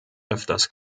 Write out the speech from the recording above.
öfters